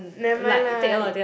never mind lah